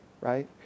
right